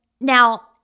now